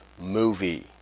movie